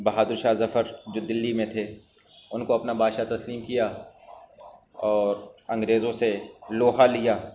بہادر شاہ ظفر جو دلی میں تھے ان کو اپنا بادشاہ تسلیم کیا اور انگریزوں سے لوہا لیا